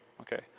Okay